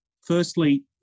Firstly